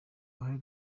uruhare